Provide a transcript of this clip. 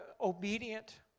obedient